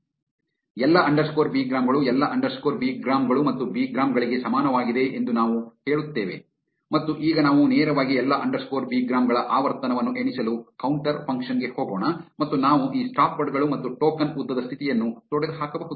ಆದ್ದರಿಂದ ಎಲ್ಲಾ underscore bigram ಗಳು ಎಲ್ಲಾ ಅಂಡರ್ಸ್ಕೋರ್ ಬಿಗ್ರಾಮ್ ಗಳು ಮತ್ತು ಬಿಗ್ರಾಮ್ ಗಳಿಗೆ ಸಮಾನವಾಗಿದೆ ಎಂದು ನಾವು ಹೇಳುತ್ತೇವೆ ಮತ್ತು ಈಗ ನಾವು ನೇರವಾಗಿ ಎಲ್ಲಾ ಅಂಡರ್ಸ್ಕೋರ್ ಬಿಗ್ರಾಮ್ ಗಳ ಆವರ್ತನವನ್ನು ಎಣಿಸಲು ಕೌಂಟರ್ ಫಂಕ್ಷನ್ ಗೆ ಹೋಗೋಣ ಮತ್ತು ನಾವು ಈ ಸ್ಟಾಪ್ವರ್ಡ್ ಗಳು ಮತ್ತು ಟೋಕನ್ ಉದ್ದದ ಸ್ಥಿತಿಯನ್ನು ತೊಡೆದುಹಾಕಬಹುದು